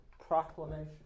proclamation